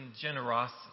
generosity